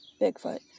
Bigfoot